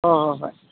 ꯍꯣꯏ ꯍꯣꯏ ꯍꯣꯏ